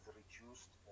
reduced